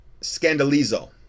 scandalizo